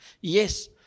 Yes